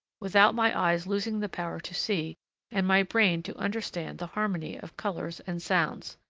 without my eyes losing the power to see and my brain to understand the harmony of colors and sounds,